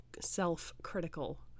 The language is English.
self-critical